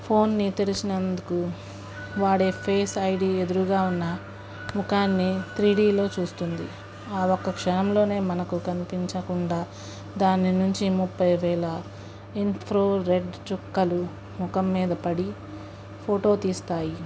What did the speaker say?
ఫోన్ని తెరిచినందుకు వాడే ఫేస్ ఐడీ ఎదురుగా ఉన్న ముఖాన్ని త్రీడీలో చూస్తుంది ఆ ఒక్క క్షణంలో మనకు కనిపించకుండా దాన్ని నుంచి ముప్పై వేల ఇన్ఫ్రోరెడ్ చుక్కలు ముఖం మీద పడి ఫోటో తీస్తాయి